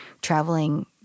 traveling